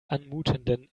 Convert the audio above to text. anmutenden